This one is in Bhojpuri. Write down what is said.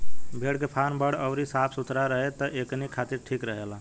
भेड़ के फार्म बड़ अउरी साफ सुथरा रहे त एकनी खातिर ठीक रहेला